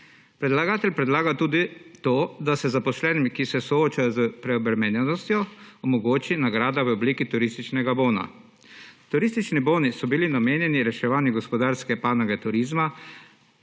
Predlagatelj predlaga tudi to, da si zaposlenim, ki se soočajo s preobremenjenostjo, omogoči nagrada v obliki turističnega bona. Turistični boni so bili namenjeni reševanju gospodarske panoge turizma.